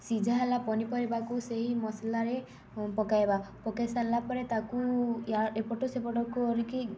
ସିଝା ହେଲା ପନିପରିବାକୁ ସେହି ମସଲାରେ ପକାଇବା ପକେଇ ସାରିଲା ପରେ ତାକୁ ଏପଟୁ ସେପଟକୁ କରିକି